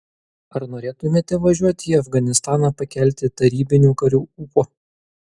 ar norėtumėte važiuoti į afganistaną pakelti tarybinių karių ūpo